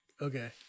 Okay